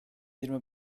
yirmi